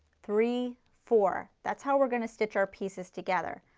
three, four, that's how we are going to stitch our pieces together.